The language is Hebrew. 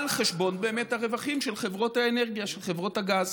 על חשבון הרווחים של חברות האנרגיה, של חברות הגז.